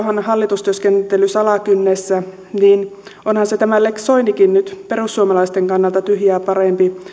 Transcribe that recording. hallitustyöskentelyssä alakynnessä niin onhan tämä lex soinikin nyt perussuomalaisten kannalta tyhjää parempi